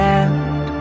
end